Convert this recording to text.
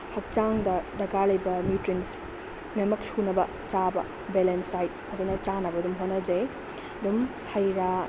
ꯍꯛꯆꯥꯡꯗ ꯗꯔꯀꯥꯔ ꯂꯩꯕ ꯅ꯭ꯌꯨꯇ꯭ꯔꯤꯟꯁ ꯂꯣꯏꯅꯃꯛ ꯁꯨꯅꯕ ꯆꯥꯕ ꯕꯦꯂꯦꯟꯁ ꯗꯥꯏꯠ ꯐꯖꯅ ꯆꯥꯅꯕ ꯑꯗꯨꯝ ꯍꯣꯠꯅꯖꯩ ꯑꯗꯨꯝ ꯍꯩ ꯔꯥ